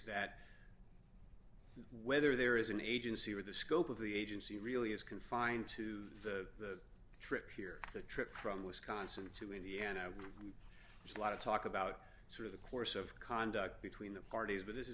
that whether there is an agency or the scope of the agency really is confined to the trip here the trip from wisconsin to mean the end of a lot of talk about sort of the course of conduct between the parties but this